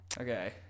Okay